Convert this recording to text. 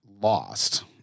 lost